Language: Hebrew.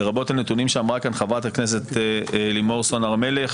לרבות הנתונים שאמרה כאן חברת הכנסת לימור סון הר מלך.